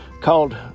called